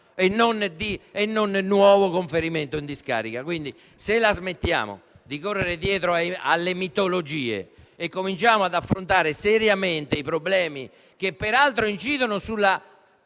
e non un nuovo conferimento in discarica. Smettiamola quindi di correre dietro alle mitologie e cominciamo ad affrontare seriamente problemi che peraltro incidono sulla